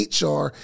HR